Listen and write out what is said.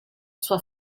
sua